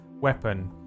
weapon